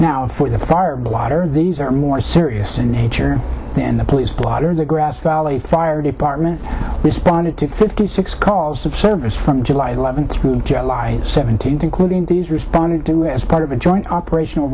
now for the fire blotter these are more serious in nature and the police blotter the grass valley fire department responded to fifty six cause of service from july eleventh through july seventeenth including these responded to as part of a joint operational